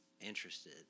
interested